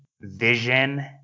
Vision